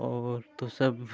और तो सब